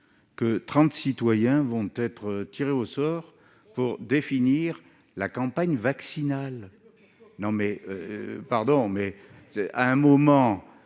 que 30 citoyens vont être tirés au sort pour définir la campagne vaccinale non mais pardon, mais c'est à un moment,